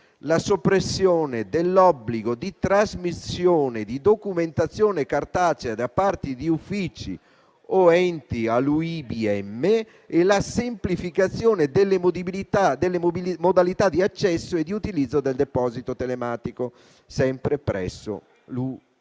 la soppressione dell'obbligo di trasmissione di documentazione cartacea da parte di uffici o enti all'UIBM e la semplificazione delle modalità di accesso e di utilizzo del deposito telematico, sempre presso l'UIBM